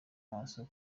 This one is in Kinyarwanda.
maso